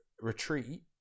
retreat